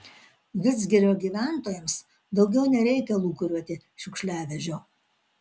vidzgirio gyventojams daugiau nereikia lūkuriuoti šiukšliavežio